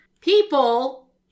people